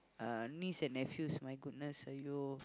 uh niece and nephews my goodness !aiyo!